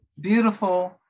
beautiful